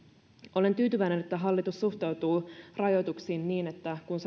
olen tyytyväinen että hallitus suhtautuu rajoituksiin niin että kun